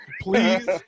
please